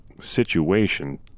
situation